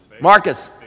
Marcus